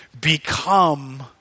become